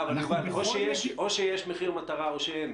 או שיש מחיר מטרה או שאין.